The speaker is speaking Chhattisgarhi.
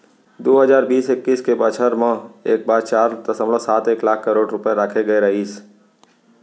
दू हजार बीस इक्कीस के बछर म एकर बर चार दसमलव सात एक लाख करोड़ रूपया राखे गे रहिस